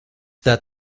that